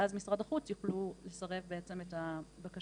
ואז משרד החוץ יוכלו לסרב בעצם את הבקשה